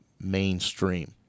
mainstream